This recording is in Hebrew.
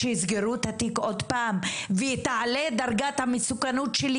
שיסגרו את התיק עוד פעם ותעלה דרגת המסוכנות שלי